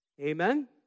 Amen